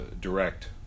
direct